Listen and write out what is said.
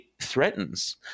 threatens